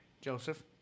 Joseph